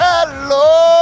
Hello